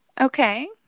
okay